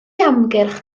amgylch